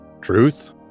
Truth